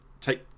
take